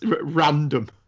random